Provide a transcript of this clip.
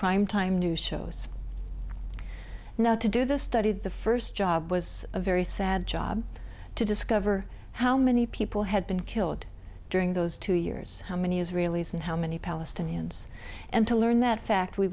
prime time news shows now to do the study the first job was a very sad job to discover how many people had been killed during those two years how many israelis and how many palestinians and to learn that fact we